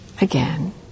again